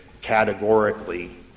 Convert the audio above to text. categorically